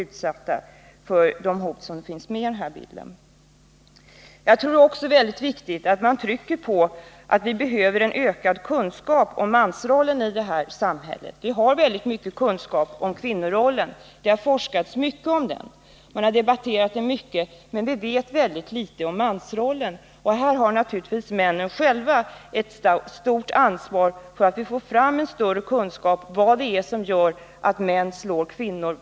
Jag tror också det är mycket viktigt att trycka på att vi behöver ökad kunskap om mansrollen i samhället. Vi har redan mycken kunskap om kvinnorollen — det har forskats mycket om den, och den har debatterats mycket — men om mansrollen vet vi ytterst litet. Här har naturligtvis männen själva ett stort ansvar för att vi skall få bättre kunskap om vad det är som gör att män slår kvinnor.